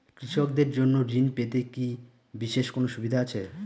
কৃষকদের জন্য ঋণ পেতে কি বিশেষ কোনো সুবিধা আছে?